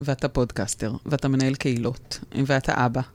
ואתה פודקסטר, ואתה מנהל קהילות, ואתה אבא.